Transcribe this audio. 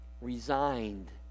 resigned